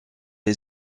est